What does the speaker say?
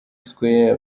square